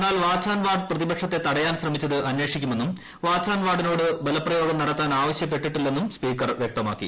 എന്നാൽ watch and ward പ്രതിപക്ഷത്തെ തടയാൻ ശ്രമിച്ചത് അന്വേഷിക്കുമെന്നും വാച്ച് ആന്റ് വാർഡിനോട് ബലപ്രയോഗം നടത്താൻ ആവശ്യപ്പെട്ടിട്ടില്ലെന്നും സ്പീക്കർ വൃക്തമാക്കി